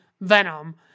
Venom